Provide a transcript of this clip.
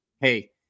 hey